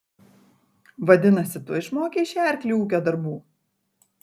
vadinasi tu išmokei šį arklį ūkio darbų